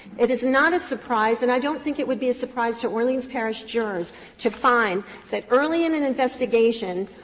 it is not a surprise and i don't think it would be a surprise to orleans parish jurors to find that early in an investigation,